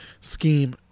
scheme